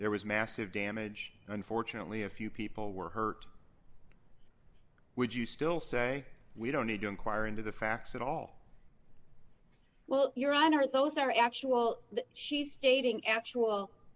there was massive damage unfortunately a few people were hurt would you still say we don't need to inquire into the facts at all well your honor those are actual she's stating actual